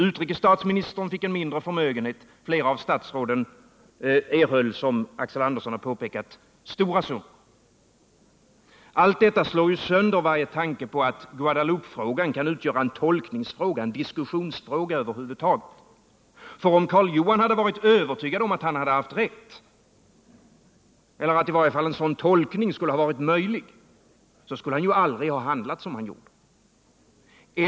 Utrikes statsministern fick en mindre förmögenhet, flera av statsråden erhöll som Axel Andersson har påpekat stora summor. Allt detta slår sönder varje tanke på att Guadeloupefrågan kan utgöra en tolkningsfråga eller en diskussionsfråga över huvud taget. Om Karl Johan hade varit övertygad om att han haft rätt eller om i varje fall en sådan tolkning vore möjlig, så skulle han ju aldrig ha handlat som han gjorde.